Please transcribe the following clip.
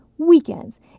Weekends